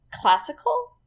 Classical